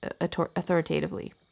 authoritatively